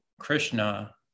krishna